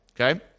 Okay